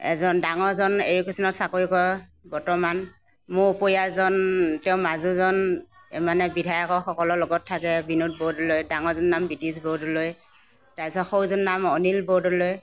এজন ডাঙৰজন এৰিগেচনত চাকৰি কৰে বৰ্তমান মোৰ উপৰিয়াজন তেওঁ মাজুজন মানে বিধায়কসকলৰ লগত থাকে বিনোদ বৰদলৈ ডাঙৰজনৰ নাম বিটিছ বৰদলৈ তাৰপিছত সৰুজনৰ নাম অনিল বৰদলৈ